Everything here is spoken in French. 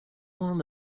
témoins